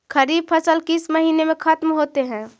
खरिफ फसल किस महीने में ख़त्म होते हैं?